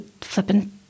flipping